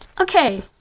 Okay